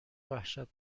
وحشتناک